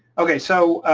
okay, so